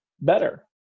better